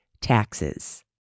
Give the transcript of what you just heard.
taxes